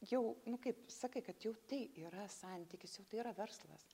jau nu kaip sakai kad jau tai yra santykis jau tai yra verslas